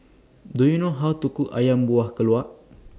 Do YOU know How to Cook Ayam Buah Keluak